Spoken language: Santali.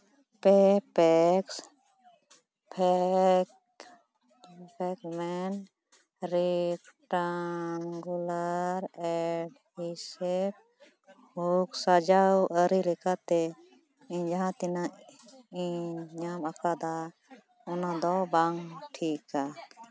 ᱯᱮ ᱯᱮᱠᱥ ᱯᱷᱮᱠᱮᱞᱢᱮᱱ ᱨᱮᱠᱴᱟᱝᱜᱩᱞᱟᱨ ᱮᱰᱤᱥᱮᱵᱷ ᱦᱩᱠᱥ ᱥᱟᱡᱟᱣ ᱟᱹᱨᱤ ᱞᱮᱠᱟᱛᱮ ᱤᱧ ᱡᱟᱦᱟᱸ ᱛᱤᱱᱟᱹᱜ ᱤᱧ ᱧᱟᱢ ᱟᱠᱟᱫᱟ ᱚᱱᱟᱫᱚ ᱵᱟᱝ ᱴᱷᱤᱠᱼᱟ